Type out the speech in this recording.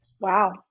Wow